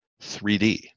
3D